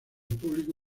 público